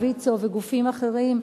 ויצו וגופים אחרים,